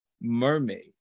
mermaid